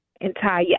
entire